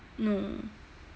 no